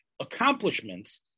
accomplishments